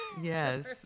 Yes